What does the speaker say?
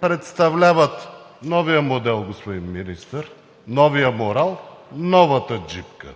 представляват новия модел, господин Министър, новия морал, новата джипка,